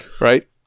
right